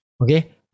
okay